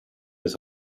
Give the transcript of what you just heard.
his